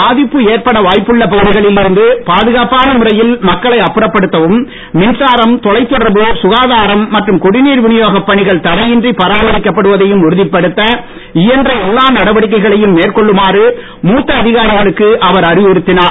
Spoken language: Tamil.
பாதிப்பு ஏற்பட வாய்ப்புள்ள பகுதிகளில் இருந்து பாதுகாப்பான முறையில் மக்களை அப்புறப்படுத்தவும் மின்சாரம் தொலைதொடர்பு சுகாதாரம் மற்றும் குடிநீர் வினியோகப் பணிகள் தடையின்றி பராமரிக்கப் படுவதையும் உறுதிப்படுத்த இயன்ற எல்லா நடவடிக்கைகளையும் மேற்கொள்ளுமாறு மூத்த அதிகாரிகளுக்கு அவர் அறிவுறுத்தினார்